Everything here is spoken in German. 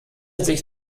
sich